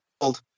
old